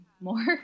more